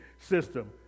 system